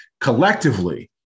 collectively